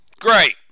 great